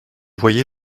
voyez